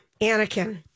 Anakin